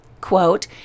quote